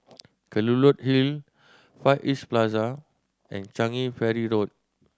Kelulut Hill Far East Plaza and Changi Ferry Road